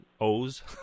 O's